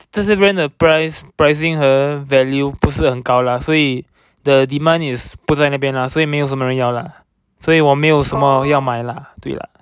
这是 brand 的 price pricing 和 value 不是很高啦所以 the demand is 不再那边啦所以没人要啦所以我没有什么要买啦对啦